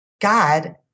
God